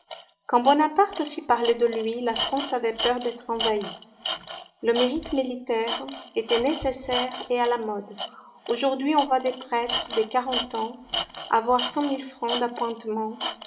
quand bonaparte fit parler de lui la france avait peur d'être envahie le mérite militaire était nécessaire et à la mode aujourd'hui on voit des prêtres de quarante ans avoir cent mille francs d'appointements